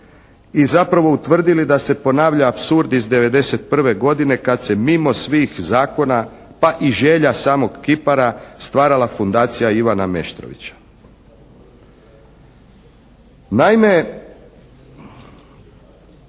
i zapravo utvrdili da se ponavlja apsurd iz '91. godine kad se mimo svih zakona, pa i želja samog kipara stvarala Fundacija Ivana Meštrovića.